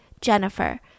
Jennifer